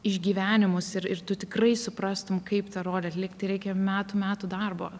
išgyvenimus ir ir tu tikrai suprastum kaip tą rolę atlikti reikia metų metų darbo